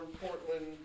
Portland